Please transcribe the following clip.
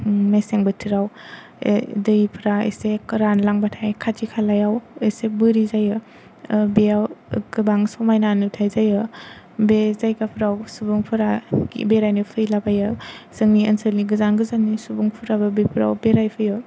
मेसें बोथोराव दैफोरा एसे रानलांब्लाथाय खाथि खालायाव एसे बोरि जायो बेयाव गोबां समायना नुथाय जायो बे जायगाफोराव सुबुंफोरा बेरायनो फैलाबायो जोंनि ओनसोलनि गोजान गोजाननि सुबुंफोराबो बेफोराव बेरायफैयो